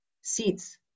seats